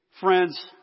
friends